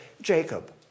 Jacob